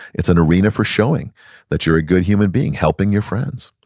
it's an arena for showing that you're a good human being, helping your friends.